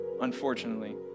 unfortunately